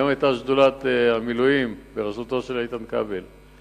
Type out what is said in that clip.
היום היתה שדולת המילואים, בראשותו של איתן כבל,